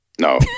no